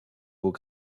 mots